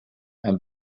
and